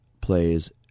plays